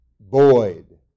void